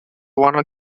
wanna